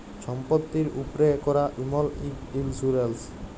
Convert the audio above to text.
ছম্পত্তির উপ্রে ক্যরা ইমল ইক ইল্সুরেল্স